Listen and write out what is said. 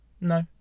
no